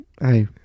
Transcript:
Hey